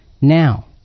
now